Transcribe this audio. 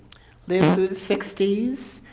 live to the sixty s,